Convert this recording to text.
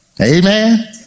Amen